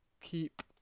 keep